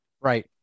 right